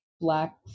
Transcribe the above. black